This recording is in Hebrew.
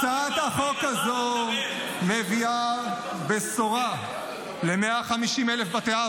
הצעת החוק הזאת מביאה בשורה ל-150,000 בתי אב